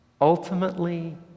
ultimately